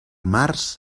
març